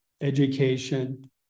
education